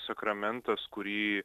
sakramentas kurį